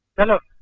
hello,